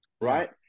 Right